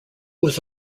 was